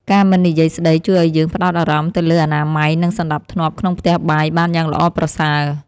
ការមិននិយាយស្តីជួយឱ្យយើងផ្ដោតអារម្មណ៍ទៅលើអនាម័យនិង សណ្ដាប់ធ្នាប់ក្នុងផ្ទះបាយបានយ៉ាងល្អប្រសើរ។